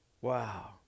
Wow